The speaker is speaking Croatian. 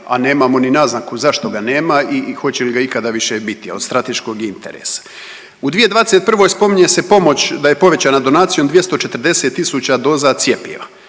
a nemamo ni naznaku zašto ga nema i hoće li ga ikada više biti, a od strateškog je interesa. U 2021. spominje se pomoć da je povećana donacijom 240 tisuća doza cjepiva,